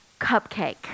cupcake